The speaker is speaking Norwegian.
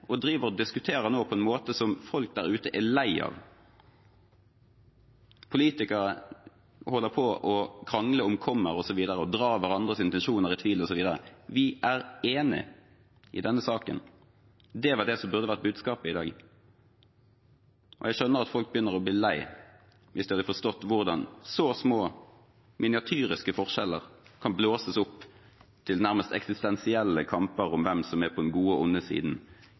og at vi nå diskuterer på en måte som folk der ute er lei av. Politikere krangler om kommaer, osv., og trekker hverandres intensjoner i tvil, osv. Vi er enige i denne saken. Det burde vært budskapet i dag. Jeg skjønner at folk begynner å bli lei, hvis de hadde forstått hvordan så små og «miniatyriske» forskjeller kan blåses opp til nærmest eksistensielle kamper om hvem som er på den gode siden, og hvem som er på den onde siden